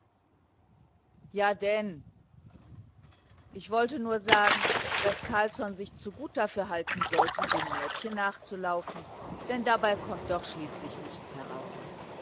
ja denn ich wollte nur sagen daß carlsson sich zu gut dafür halten sollte den mädchen nachzulaufen denn dabei kommt doch schließlich nichts heraus